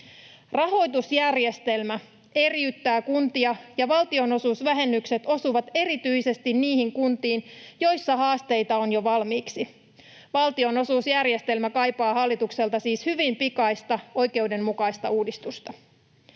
Rahoitusjärjestelmä eriyttää kuntia, ja valtionosuusvähennykset osuvat erityisesti niihin kuntiin, joissa haasteita on jo valmiiksi. Valtionosuusjärjestelmä kaipaa hallitukselta siis hyvin pikaista oikeudenmukaista uudistusta.